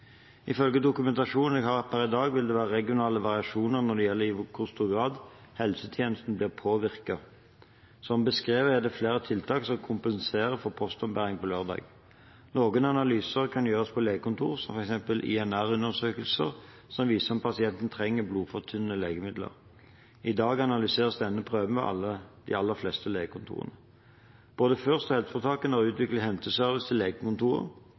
Ifølge dokumentasjonen jeg har per i dag, vil det være regionale variasjoner når det gjelder i hvor stor grad helsetjenesten blir påvirket. Som beskrevet er det flere tiltak som kompenserer for postombæring på lørdag. Noen analyser kan gjøres på legekontor, som f.eks. INR-undersøkelser, som viser om pasienten trenger blodfortynnende legemidler. I dag analyseres denne prøven ved de aller fleste legekontor. Både Fürst og helseforetakene